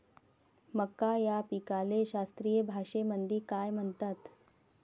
मका या पिकाले शास्त्रीय भाषेमंदी काय म्हणतात?